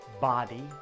body